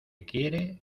quiere